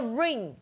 ring